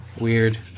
Weird